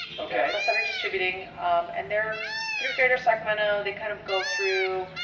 okay, my center distributing and they're through greater sacramento, they kind of go through,